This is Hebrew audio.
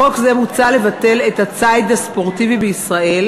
בחוק זה מוצע לבטל את "הציד הספורטיבי" בישראל